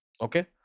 Okay